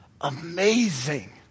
amazing